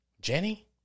Jenny